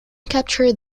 captured